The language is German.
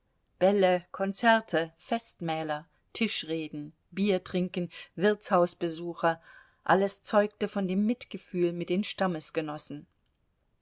bälle konzerte festmähler tischreden biertrinken wirtshausbesuche alles zeugte von dem mitgefühl mit den